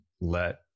let